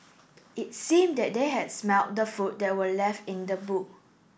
it seemed that they had smelt the food that were left in the boot